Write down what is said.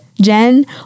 Jen